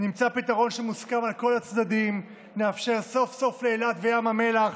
נמצא פתרון שמוסכם על כל הצדדים ונאפשר סוף-סוף לאילת וים המלח,